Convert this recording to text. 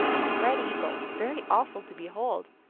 a spread eagle, very awful to behold,